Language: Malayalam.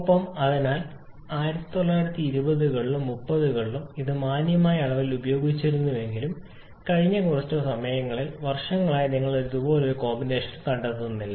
ഒപ്പം അതിനാൽ 1920 കളിലും 30 കളിലും ഇത് മാന്യമായ അളവിൽ ഉപയോഗിച്ചിരുന്നുവെങ്കിലും കഴിഞ്ഞ കുറച്ച് സമയങ്ങളിൽ വർഷങ്ങളായി നിങ്ങൾ ഇതുപോലുള്ള ഒരു കോമ്പിനേഷൻ കണ്ടെത്തുന്നില്ല